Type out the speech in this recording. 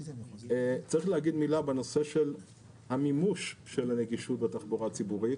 צריך להגיד מילה בנושא המימוש של הזכות לנגישות בתחבורה הציבורית,